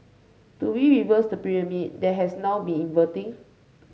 do we reverse the pyramid that has now been inverting